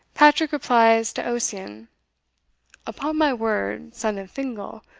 patrick replies to ossian upon my word, son of fingal,